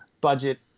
budget